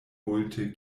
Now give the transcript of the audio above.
multe